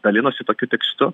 dalinosi tokiu tekstu